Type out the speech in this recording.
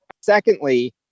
Secondly